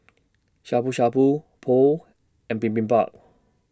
Shabu Shabu Pho and Bibimbap